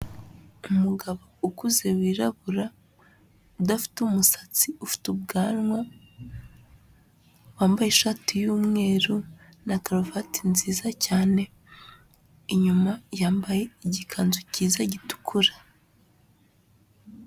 Umugabo ukuze wirabura udafite umusatsi, ufite ubwanwa, wambaye ishati y'umweru na karuvati nziza cyane, inyuma yambaye igikanzu cyiza gitukura.